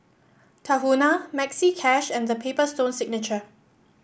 Tahuna Maxi Cash and The Paper Stone Signature